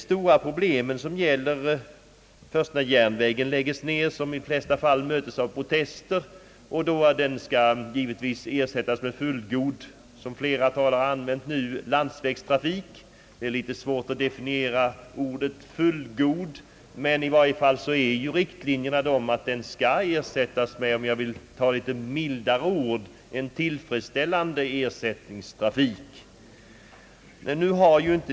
Redan det förhållandet att en järnväg skall läggas ned innebär stora problem — en nedläggelse möts ju i de flesta fall av protester — men sedan tillkommer problemet att järnvägen skall ersättas med »fullgod landsvägstrafik», ett utiryck som flera talare har använt. Det är svårt att definiera ordet fullgod, men riktlinjerna för trafikpolitiken innebär i varje fall att en järnväg skall ersättas med, för att använda ett mildare ord, en tillfredsställande ersättningstrafik.